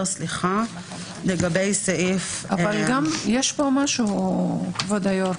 אבל כבוד היו"ר,